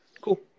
cool